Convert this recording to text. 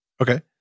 Okay